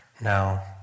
Now